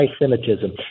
anti-Semitism